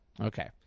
Okay